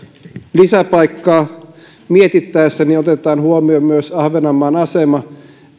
lisäpaikkaa mietittäessä otetaan huomioon myös ahvenanmaan asema